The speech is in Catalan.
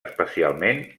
especialment